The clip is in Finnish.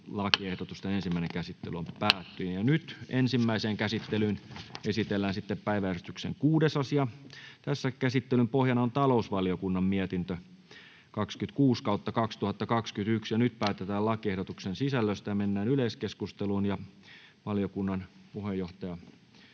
muuttamisesta Time: N/A Content: Ensimmäiseen käsittelyyn esitellään päiväjärjestyksen 6. asia. Käsittelyn pohjana on talousvaliokunnan mietintö TaVM 26/2021 vp. Nyt päätetään lakiehdotuksen sisällöstä. — Mennään yleiskeskusteluun. Valiokunnan puheenjohtaja,